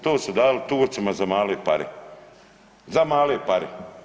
To su dali Turcima za male pare, za male pare.